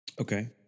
Okay